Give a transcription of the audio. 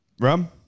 Rum